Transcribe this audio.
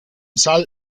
salt